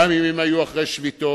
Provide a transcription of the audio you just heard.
גם אם הם היו אחרי שביתות.